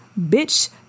bitch